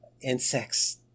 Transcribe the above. insects